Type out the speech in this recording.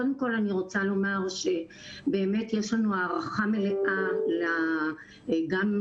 קודם כל אני רוצה לומר שבאמת יש לנו הערכה מלאה גם לעמותות